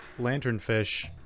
lanternfish